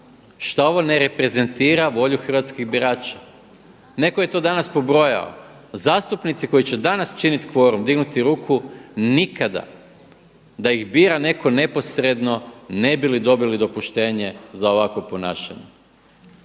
šta ovo ne reprezentira volju hrvatskih birača? Netko je to danas pobrojao. Zastupnici koji će danas činiti kvorum, dignuti ruku nikada da ih bira netko neposredno ne bi dobili dopuštenje za ovakvo ponašanje.